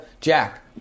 Jack